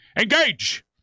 Engage